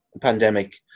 pandemic